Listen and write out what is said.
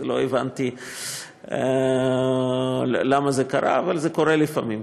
לא הבנתי למה זה קרה, אבל זה קורה לפעמים.